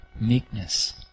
meekness